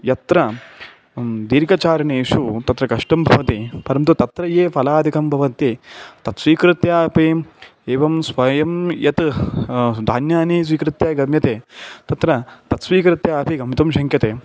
यत्र दीर्घचारणेषु तत्र कष्टं भवति परन्तु तत्र ये फ़लादिकं भवन्ति तत् स्वीकृत्य अपि एवं स्वयं यानि धान्यानि स्वीकृत्य गम्यते तत्र तत् स्वीकृत्यापि गन्तुं शक्यते